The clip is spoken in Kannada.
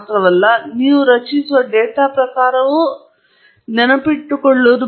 ನೆನಪಿಟ್ಟುಕೊಳ್ಳುವುದು ಬಹಳ ಮುಖ್ಯವಾದ ಕಾರಣ ನೀವು ರಚಿಸುವ ಡೇಟಾ ಪ್ರಕಾರಕ್ಕೆ ಎರಡೂ ಕೊಡುಗೆಗಳು